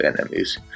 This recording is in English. enemies